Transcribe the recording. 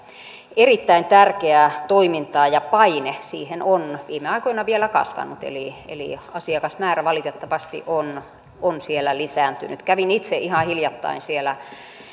erittäin tärkeää toimintaa ja paine siihen on viime aikoina vielä kasvanut eli eli asiakasmäärä valitettavasti on on siellä lisääntynyt kävin itse ihan hiljattain siellä